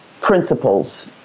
principles